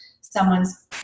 someone's